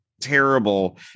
terrible